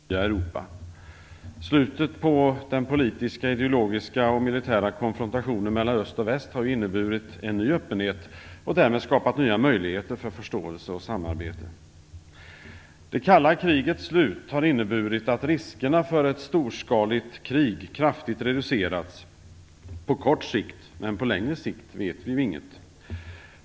Herr talman! Europa genomgår en förvandling, och dess stater och folk måste finna sin plats i detta nya Europa. Slutet på den politiska, ideologiska och militära konfrontationen mellan öst och väst har inneburit en ny öppenhet och därmed skapat nya möjligheter för förståelse och samarbete. Det kalla krigets slut har inneburit att riskerna för ett storskaligt krig kraftigt reducerats på kort sikt, men på längre sikt vet vi inget.